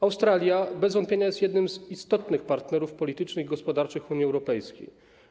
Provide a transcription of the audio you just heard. Australia bez wątpienia jest jednym z istotnych partnerów politycznych i gospodarczych Unii Europejskiej.